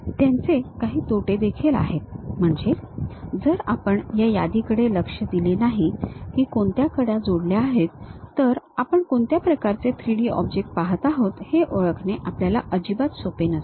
त्यांचे काही तोटे देखील आहेत म्हणजे जर आपण या यादीकडे लक्ष दिले नाही की कोणत्या कडा जोडल्या आहेत तर आपण कोणत्या प्रकारचे 3D ऑब्जेक्ट पहात आहोत हे ओळखणे आपल्याला अजिबात सोपे नसेल